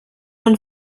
man